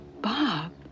Bob